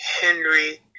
Henry